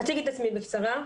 אציג את עצמי בקצרה.